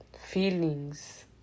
feelings